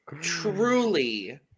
Truly